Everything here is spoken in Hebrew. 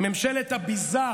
איזה מזל, איזה מזל.